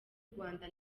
rwanda